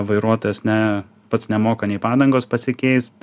vairuotojas ne pats nemoka nei padangos pasikeist